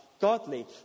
godly